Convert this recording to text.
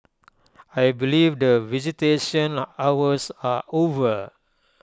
I believe that visitation hours are over